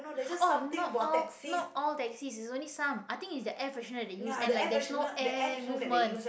oh not all not all taxis it's only some I think it's the air freshener they use and like there's no air movement